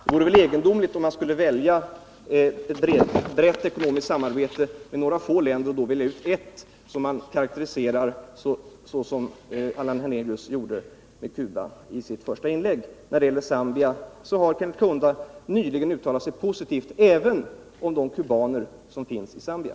Det vore egendomligt om man, när man vill ha ett brett ekonomiskt samarbete med bara några få länder, skulle välja ut ett som man karakteriserar så som Allan Hernelius gjorde med Cuba i sitt första inlägg. När det gäller Zambia kan jag anföra att Kenneth Kaunda nyligen har uttalat sig positivt — även om de kubaner som finns i Zambia.